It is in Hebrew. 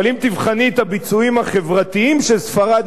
אבל אם תבחני את הביצועים החברתיים של ספרד,